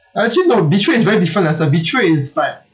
uh actually no betrayed is very different as in betrayed is like